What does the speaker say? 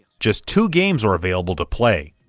just two games were available to play.